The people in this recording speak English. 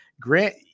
Grant